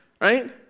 right